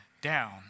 down